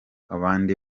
abandi